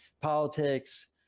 politics